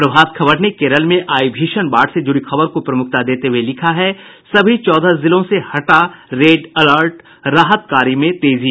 प्रभात खबर ने केरल में आई भीषण बाढ़ से जुड़ी खबर को प्रमुखता देते हुये लिखा है सभी चौदह जिलों से हटा रेड अलर्ट राहत कार्य में तेजी